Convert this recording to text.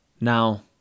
Now